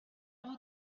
vous